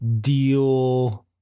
deal